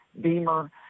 Beamer